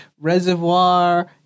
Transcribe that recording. reservoir